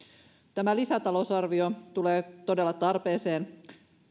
tämä lisätalousarvio tulee todella tarpeeseen